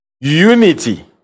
unity